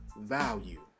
value